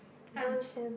I don't